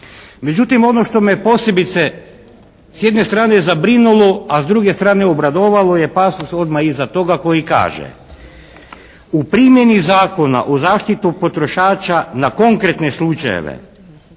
Međutim, ono što me posebice s jedne strane zabrinulo, a s druge strane obradovalo je pasos odmah iza toga koji kaže. U primjeni Zakona o zaštiti potrošača na konkretne slučajeve